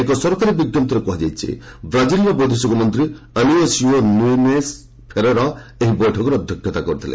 ଏକ ସରକାରୀ ବିଞ୍ଜପ୍ତିରେ କୁହାଯାଇଛି ବ୍ରାଜିଲ୍ର ବୈଦେଶିକ ମନ୍ତ୍ରୀ ଅଲୟୋସିଓ ନ୍ରନେସ୍ ଫେରେରା ଏହି ବୈଠକରେ ଅଧ୍ୟକ୍ଷତା କରିଥିଲେ